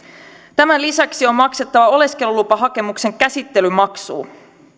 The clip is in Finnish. tämän lisäksi on maksettava oleskelulupahakemuksen käsittelymaksu